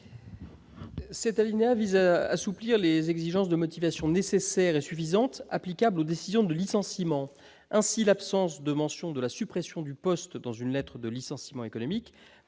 que soient assouplies les exigences de motivation nécessaires et suffisantes applicables aux décisions de licenciement. Ainsi, l'absence de mention de la suppression du poste dans une lettre de licenciement économique